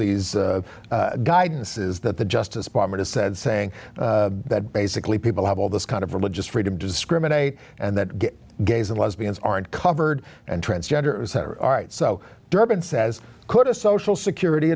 these guidances that the justice department is said saying that basically people have all this kind of religious freedom to discriminate and that gays and lesbians aren't covered and transgender rights so durbin says could a social security